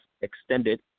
Extended